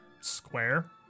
square